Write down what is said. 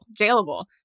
jailable